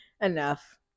Enough